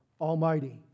Almighty